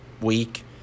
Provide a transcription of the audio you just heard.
week